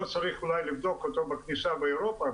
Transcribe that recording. לא צריך אולי לבדוק אותו בכניסה לאירופה,